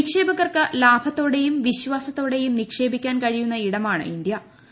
നിക്ഷേപകർക്ക് ലാഭത്തോടെയും വിശ്വാസത്തോടെയും നിക്ഷേപിക്കാൻ കഴിയുന്ന ഇടമാണ് ഇന്തൃ